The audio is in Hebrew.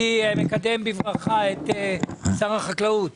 אני מקדם בברכה את שר החקלאות